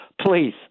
Please